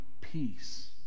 peace